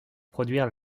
produire